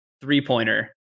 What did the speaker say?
three-pointer